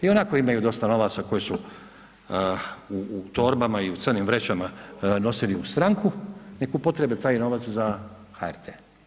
Ionako imaju dosta novaca koji su u torbama i u crnim vrećama nosili u stranku, neka upotrijebe taj novac za HRT.